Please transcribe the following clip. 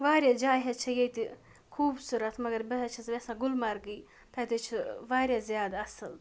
واریاہ جایہِ حظ چھِ ییٚتہِ خوٗبصوٗرت مگر بہٕ حظ چھَس یژھان گُلمَرگٕے تَتہِ حظ چھِ واریاہ زیادٕ اَصٕل